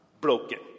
broken